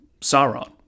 Sauron